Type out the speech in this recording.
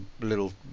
little